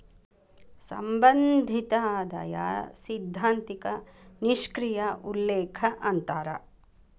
ಸಂಬಂಧಿತ ಆದಾಯ ಸೈದ್ಧಾಂತಿಕ ನಿಷ್ಕ್ರಿಯ ಉಲ್ಲೇಖ ಅಂತಾರ